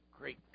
great